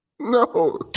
no